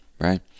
right